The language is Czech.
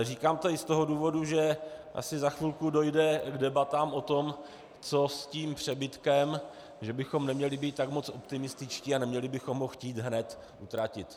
Říkám to i z toho důvodu, že asi za chvilku dojde k debatám o tom, co s tím přebytkem, že bychom neměli být tak moc optimističtí a neměli bychom ho chtít hned utratit.